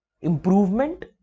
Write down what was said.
improvement